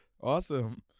Awesome